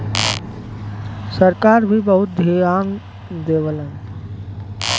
सरकार भी बहुत धियान देवलन